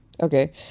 Okay